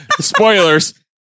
Spoilers